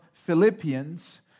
Philippians